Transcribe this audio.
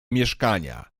mieszkania